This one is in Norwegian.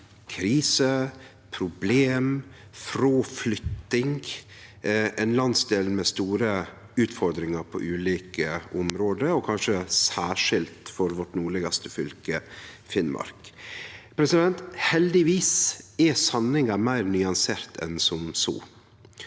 krise, problem og fråflytting – det er ein landsdel med store utfordringar på ulike område og kanskje særskilt for vårt nordlegaste fylke, Finnmark. Heldigvis er sanninga meir nyansert enn som så.